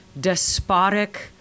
despotic